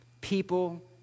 people